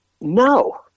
No